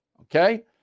Okay